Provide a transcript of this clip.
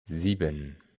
sieben